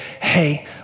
Hey